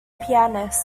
pianist